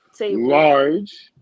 Large